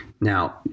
now